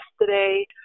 yesterday